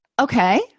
Okay